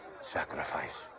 sacrifice